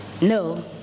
No